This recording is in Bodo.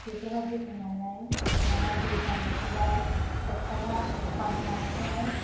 बेफोरबायदि फैनानै दैज्लां बोथोराव अखाया हानानै हाय